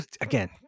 Again